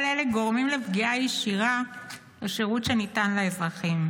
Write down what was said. כל אלה גורמים לפגיעה ישירה בשירות שניתן לאזרחים.